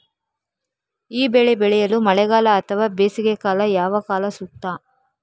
ಈ ಬೆಳೆ ಬೆಳೆಯಲು ಮಳೆಗಾಲ ಅಥವಾ ಬೇಸಿಗೆಕಾಲ ಯಾವ ಕಾಲ ಸೂಕ್ತ?